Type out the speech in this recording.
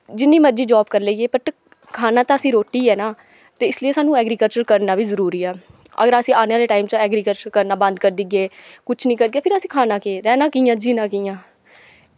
जिन्नी मर्जी जाब कर लेइयै बट खाना ते असी रोटी ऐ ना ते इसलिए सानूं एग्रीकल्चर करना वी जरूरी ऐ अगर असी आने आह्ले टाइम च एग्रीकल्चर करना बंद करी देगे कुछ निं करगे फिर असी खाना केह् रैह्ना कियां जीना कियां